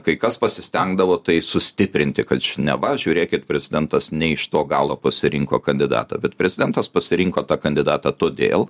kai kas pasistengdavo tai sustiprinti kad čia neva žiūrėkit prezidentas ne iš to galo pasirinko kandidatą bet prezidentas pasirinko tą kandidatą todėl